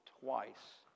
twice